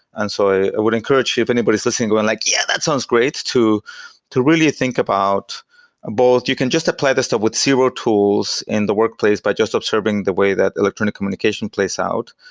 and so, i would encourage if anybody is listening going like, yeah, that sounds great, to to really think about both. you can just apply this with with zero tools in the workplace by just observing the way that electronic communication plays out.